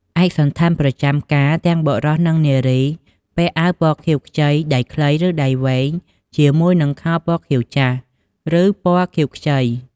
ឯកសណ្ឋានប្រចាំការ ទាំងបុរស និងនារី ពាក់អាវពណ៌ខៀវខ្ចីដៃខ្លី ឬដៃវែង ជាមួយនឹងខោពណ៌ខៀវចាស់ ឬពណ៌ខៀវខ្ចី។